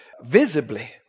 visibly